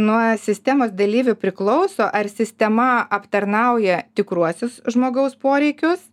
nuo sistemos dalyvių priklauso ar sistema aptarnauja tikruosius žmogaus poreikius